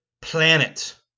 planet